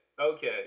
Okay